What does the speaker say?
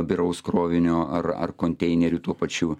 biraus krovinio ar ar konteinerių tuo pačiu